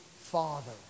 Father